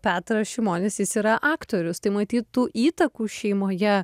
petras šimonis jis yra aktorius tai matyt tų įtakų šeimoje